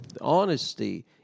honesty